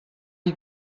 you